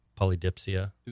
polydipsia